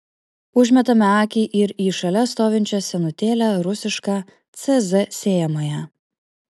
užmetame akį ir į šalia stovinčią senutėlę rusišką cz sėjamąją